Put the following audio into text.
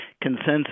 consensus